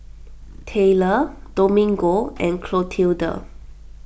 Tayler Domingo and Clotilda